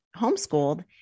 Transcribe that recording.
homeschooled